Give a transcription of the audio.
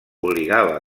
obligava